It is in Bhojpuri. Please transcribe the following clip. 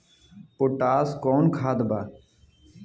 पोटाश कोउन खाद बा?